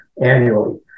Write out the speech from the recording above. annually